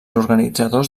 organitzadors